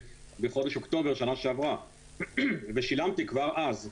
באוקטובר שנה שעברה ושילמתי כבר אז.